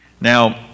Now